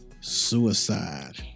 suicide